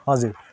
हजुर